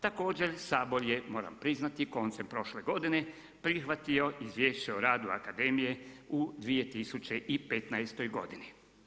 Također Sabor je koncem prošle godine prihvatio Izvješće o radu akademije u 2015. godini.